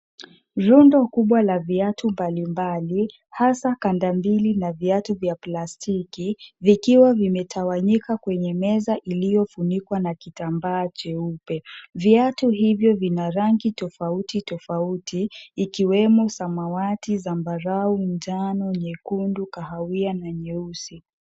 Rundo kubwa la viatu mbalimbali, hasa kanda mbili na viatu vya plastiki, vikiwa vimetawanyika kwenye meza iliyofunikwa na kitambaa cheupe. Viatu hivyo vina rangi tofauti tofauti, ikiwemo samawati, zambarau, njano, nyekundu, kahawia na nyeusi.